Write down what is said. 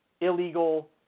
illegal